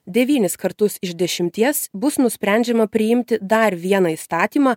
devynis kartus iš dešimties bus nusprendžiama priimti dar vieną įstatymą